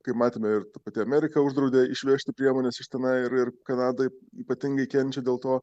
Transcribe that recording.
kaip matėme ir pati amerika uždraudė išvežti priemones iš tenai ir ir kanadai ypatingai kenčia dėl to